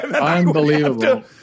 unbelievable